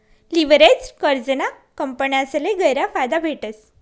leveraged कर्जना कंपन्यासले गयरा फायदा भेटस